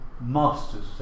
masters